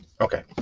Okay